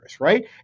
right